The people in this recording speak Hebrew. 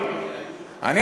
לא, לא.